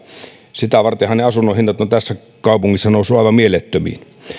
sitä vartenhan ne asunnonhinnat ovat tässä kaupungissa nousseet aivan mielettömiin